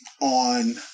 on